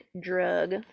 drug